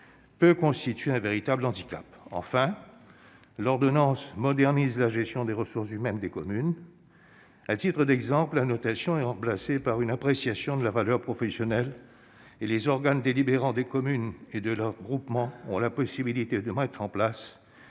peut constituer un véritable handicap. Enfin, l'ordonnance modernise la gestion des ressources humaines des communes. À titre d'exemple, la notation est remplacée par une appréciation de la valeur professionnelle. De plus, les organes délibérants des communes et de leurs groupements ont la possibilité d'instituer un régime